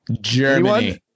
Germany